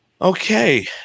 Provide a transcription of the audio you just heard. Okay